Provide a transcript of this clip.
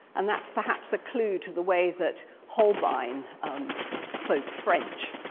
and that's perhaps a clue to the way that holbein spoke french.